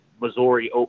Missouri